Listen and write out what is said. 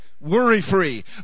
worry-free